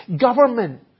government